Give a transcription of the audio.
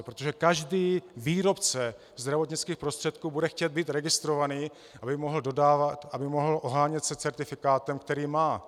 Protože každý výrobce zdravotnických prostředků bude chtít být registrovaný, aby mohl dodávat, aby se mohl ohánět certifikátem, který má.